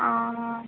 ও